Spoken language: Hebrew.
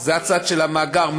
זה הצד של המאגר,